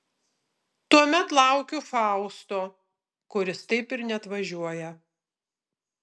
tuomet laukiu fausto kuris taip ir neatvažiuoja